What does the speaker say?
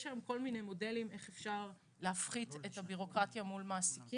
יש כל מיני מודלים איך אפשר להפחית את הבירוקרטיה מול מעסיקים.